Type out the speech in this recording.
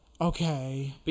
Okay